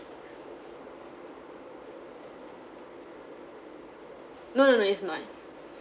no no no it's not